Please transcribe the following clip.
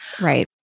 Right